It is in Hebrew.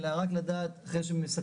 אלא רק לדעת אחרי שמסכמים,